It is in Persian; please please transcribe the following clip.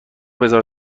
بزار